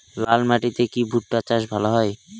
লাল মাটিতে কি ভুট্টা চাষ ভালো হয়?